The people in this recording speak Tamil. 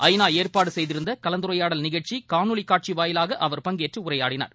ஐ நா ஏற்பாடு செய்திருந்த கலந்துரையாடல் நிகழ்ச்சியில் காணொலி காட்சி வாயிலாக அவர் பங்கேற்று உரையாற்றினார்